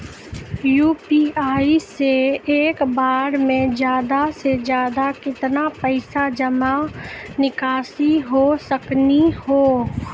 UPI से एक बार मे ज्यादा से ज्यादा केतना पैसा जमा निकासी हो सकनी हो?